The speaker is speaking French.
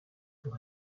pour